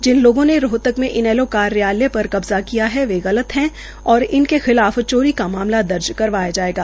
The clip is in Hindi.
जिन लोगों ने रोहतक में इनेलो कार्यालय पर कब्जा किया है वह गलत है और इनके खिलाफ चोरी का मामला दर्ज करवाया जायेगा